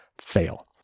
fail